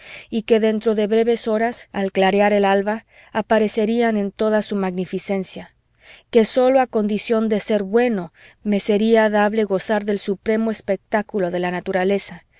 y que dentro de breves horas al clarear el alba aparecerían en toda su magnificencia que sólo a condición de ser bueno me sería dable gozar del supremo espectáculo de la naturaleza